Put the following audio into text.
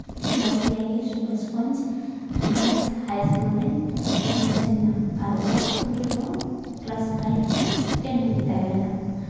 block ᱨᱮᱭᱟᱜ ᱜᱮ ᱥᱩᱵᱷᱟᱥᱜᱚᱸᱡᱽ ᱜᱟᱨᱞᱥ ᱦᱟᱭ ᱤᱥᱠᱩᱞ ᱨᱤᱧ ᱮᱰᱢᱤᱥᱚᱱ ᱱᱟ ᱟᱨ ᱚᱱᱟ ᱤᱥᱠᱩᱞ ᱨᱮᱫᱚ ᱠᱞᱟᱥ ᱯᱷᱟᱭᱤᱵᱷ ᱠᱷᱚᱡ ᱴᱮᱱ ᱦᱟᱹᱵᱤᱡ ᱛᱟᱦᱮᱸ ᱞᱮᱱᱟ